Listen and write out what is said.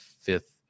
fifth